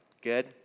Good